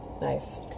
Nice